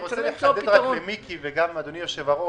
אני רוצה לחדד למיקי וגם לאדוני יושב-הראש,